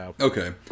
Okay